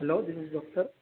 hello this is doctor